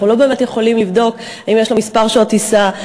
אנחנו לא באמת יכולים לבדוק אם יש לו מספר שעות טיסה,